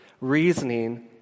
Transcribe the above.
reasoning